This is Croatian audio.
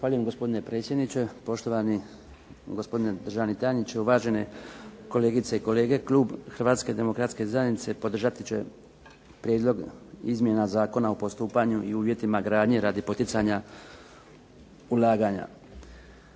Zahvaljujem gospodine predsjedniče, poštovani gospodine državni tajniče, uvažene kolegice i kolege. Klub Hrvatske demokratske zajednice podržati će prijedlog izmjena Zakona o postupanju i uvjetima gradnje radi poticanja ulaganja.